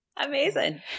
Amazing